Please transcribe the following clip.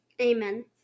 Amen